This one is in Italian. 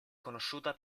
conosciuta